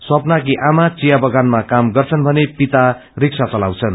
स्वप्नाकी आमा चिया बगानमा काम गर्छन् भने पिता रिक्शा चलाउँछन्